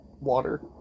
Water